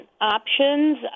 options